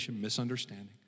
misunderstanding